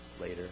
later